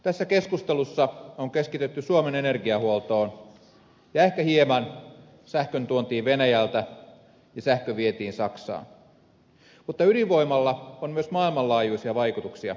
tässä keskustelussa on keskitytty suomen energiahuoltoon ja ehkä hieman sähkön tuontiin venäjältä ja sähkön vientiin saksaan mutta ydinvoimalla on myös maailmanlaajuisia vaikutuksia